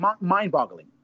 mind-boggling